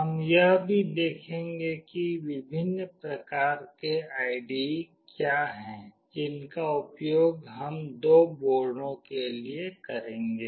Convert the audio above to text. हम यह भी देखेंगे कि विभिन्न प्रकार के आईडीई क्या हैं जिनका उपयोग हम दो बोर्डों के लिए करेंगे